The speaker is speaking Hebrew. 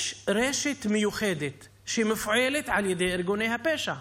יש רשת מיוחדת שמופעלת על ידי ארגוני הפשע.